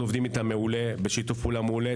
אנחנו עובדים איתם בשיתוף פעולה מעולה.